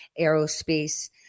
aerospace